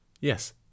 Yes